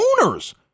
owners